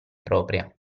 propria